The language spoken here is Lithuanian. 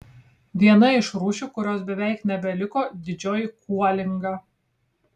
viena iš rūšių kurios beveik nebeliko didžioji kuolinga